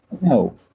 no